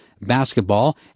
basketball